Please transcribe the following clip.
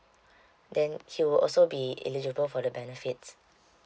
then he will also be eligible for the benefits